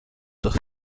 durch